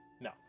No